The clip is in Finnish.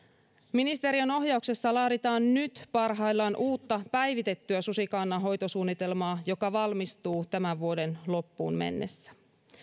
ministeriön ohjauksessa laaditaan nyt parhaillaan uutta päivitettyä susikannan hoitosuunnitelmaa joka valmistuu tämän vuoden loppuun mennessä